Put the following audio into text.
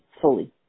fully